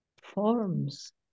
forms